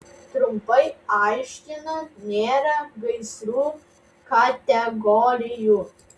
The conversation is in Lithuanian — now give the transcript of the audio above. trumpai aiškinant nėra gaisrų kategorijų